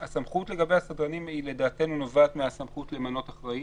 הסמכות לגבי הסדרנים נובעת מהסמכות למנות אחראי